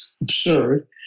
absurd